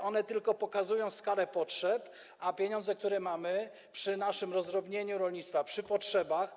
To tylko pokazuje skalę potrzeb, a pieniądze, które mamy, przy naszym rozdrobnieniu rolnictwa, przy potrzebach,